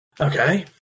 Okay